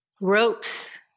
Ropes